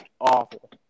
awful